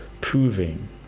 proving